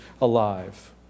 alive